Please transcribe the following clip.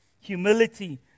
humility